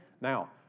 Now